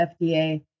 FDA